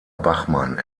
bachmann